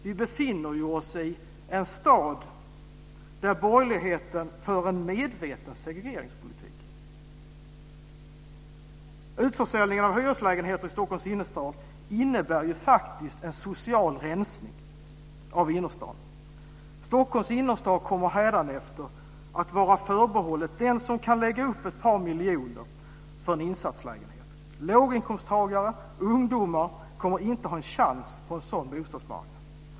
Vi befinner oss i en stad där borgerligheten för en medveten segregeringspolitik. Utförsäljningen av hyreslägenheter i Stockholms innerstad innebär faktiskt en social rensning av innerstaden. Stockholms innerstad kommer hädanefter att vara förbehållen den som kan lägga upp ett par miljoner för en insatslägenhet. Låginkomsttagare och ungdomar kommer inte att ha en chans på en sådan bostadsmarknad.